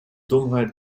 dummheit